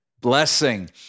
blessing